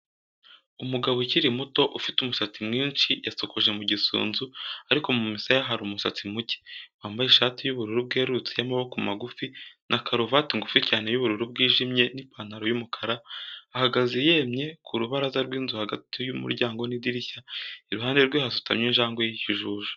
Umugabo ukiri muto, ufite umusatsi mwinshi yasokoje mu gisunzu ariko mu misaya hari umusatsi muke, wambaye ishati y'ubururu bwerurutse y'amaboko magufi na karuvati ngufi cyane y'ubururu bwijime n'ipantaro y'umukara, ahagaze yemye, ku rubaraza rw'inzu hagati y'umuryango n'idirishya, iruhande rwe hasutamye injangwe y'ikijuju.